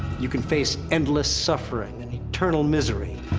you can face endless suffering, and eternal misery.